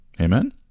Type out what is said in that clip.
Amen